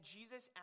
Jesus